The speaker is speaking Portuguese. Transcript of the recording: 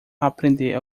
aprender